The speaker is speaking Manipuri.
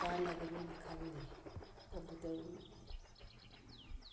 ꯀꯥꯟꯅꯒꯅꯤꯅ ꯈꯜꯂꯤ ꯀꯝꯄꯨꯇꯔꯒꯤ